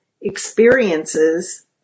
Experiences